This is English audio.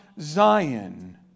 Zion